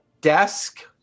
desk